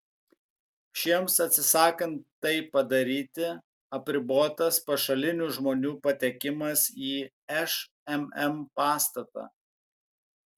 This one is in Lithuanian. šiems atsisakant tai padaryti apribotas pašalinių žmonių patekimas į šmm pastatą